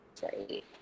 Great